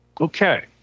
Okay